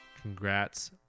Congrats